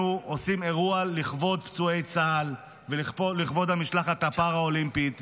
אנחנו עושים אירוע לכבוד פצועי צה"ל ולכבוד המשלחת הפאראלימפית,